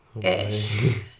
ish